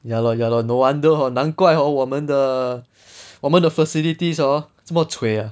ya lor ya lor no wonder hor 难怪 hor 我们的我们的 facilities hor 这么 cui ah